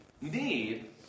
need